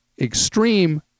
extreme